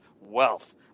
wealth